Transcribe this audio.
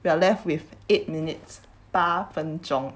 we are left with eight minutes 八分钟